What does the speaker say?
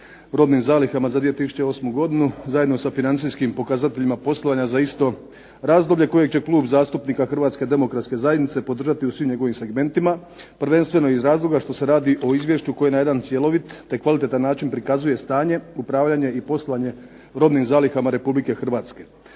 robnim zalihama za 2008. godinu zajedno sa financijskim pokazateljima poslovanja za isto razdoblje kojeg će Klub zastupnika Hrvatske demokratske zajednice podržati u svim njegovim segmentima prvenstveno iz razloga što se radi o izvješću koji na jedan cjelovit, te kvalitetan način prikazuje stanje, upravljanje i poslovanje robnim zalihama Republike Hrvatske.